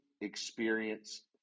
experience